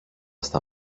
στα